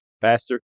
faster